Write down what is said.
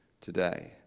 today